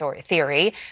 theory